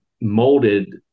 molded